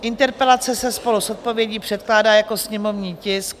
Interpelace se spolu s odpovědí předkládá jako sněmovní tisk 404.